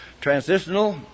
transitional